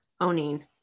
owning